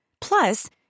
Plus